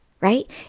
Right